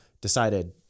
decided